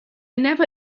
never